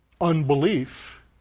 Unbelief